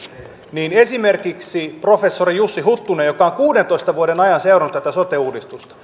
esimerkiksi professori jussi huttunen joka on kuudentoista vuoden ajan seurannut tätä sote uudistusta